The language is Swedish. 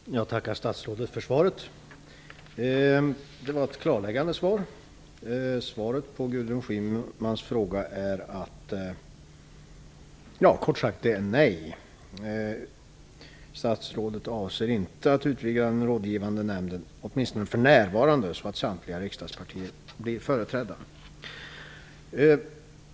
Herr talman! Jag tackar statsrådet för svaret. Det var ett klarläggande svar. Svaret på Gudrun Schymans fråga var kort sagt ett nej. Statsrådet avser åtminstone inte för närvarande att utvidga den rådgivande nämnden så, att samtliga riksdagspartier blir företrädda.